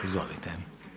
Izvolite.